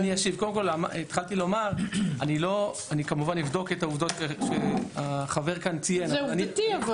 אני, כמובן, אבדוק את העובדות -- אבל זה עובדתי.